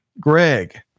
Greg